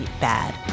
bad